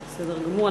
בסדר גמור.